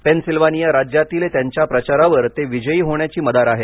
Pennsylvania राज्यातील त्यांच्या प्रचारावर ते विजयी होण्याची मदार आहे